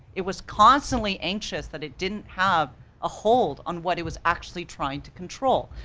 it was constantly anxious that it didn't have a hold on what it was actually trying to control.